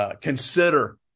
Consider